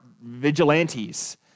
vigilantes